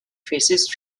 faces